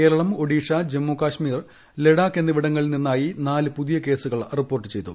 കേരളം ഒഡിഷ ജമ്മു കശ്മീർ ലഡാക്ക് എണ്ണിപ്പിടങ്ങളിൽ നിന്നായി നാല് പുതിയ കേസുകൾ റിപ്പോർട്ട് ചെയ്തു